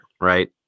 Right